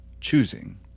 choosing